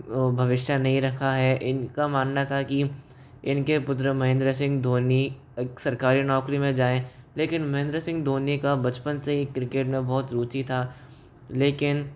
भविष्य नहीं रखा है इनका मानना था कि इनके पुत्र महेंद्र सिंह धोनी एक सरकारी नौकरी में जाएं लेकिन महेंद्र सिंह धोनी का बचपन से ही क्रिकेट में बहुत रूचि था लेकिन